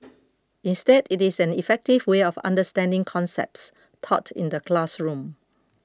instead it is an effective way of understanding concepts taught in the classroom